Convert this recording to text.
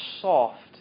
soft